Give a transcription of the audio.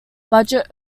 budget